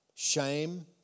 Shame